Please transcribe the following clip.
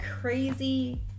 crazy